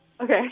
Okay